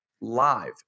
live